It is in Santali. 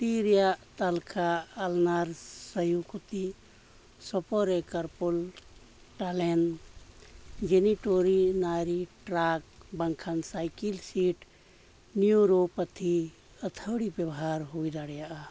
ᱛᱤ ᱨᱮᱱᱟᱜ ᱛᱟᱞᱠᱷᱟ ᱟᱞᱱᱟᱨᱥᱟᱭᱩ ᱠᱷᱩᱛᱤ ᱥᱳᱯᱳᱨᱮ ᱠᱟᱨᱯᱳᱞ ᱴᱟᱱᱮᱞ ᱡᱮᱱᱤᱴᱤᱭᱩᱨᱤᱱᱟᱨᱤ ᱴᱨᱟᱠ ᱵᱟᱝᱠᱷᱟᱱ ᱥᱟᱭᱠᱮᱞ ᱥᱤᱴ ᱱᱤᱭᱩᱨᱳᱯᱮᱛᱷᱤ ᱟᱹᱛᱷᱟᱹᱲᱤ ᱵᱮᱵᱚᱦᱟᱨ ᱦᱩᱭ ᱫᱟᱲᱮᱭᱟᱜᱼᱟ